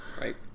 right